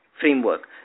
framework